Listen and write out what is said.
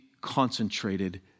concentrated